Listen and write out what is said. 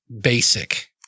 basic